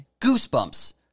Goosebumps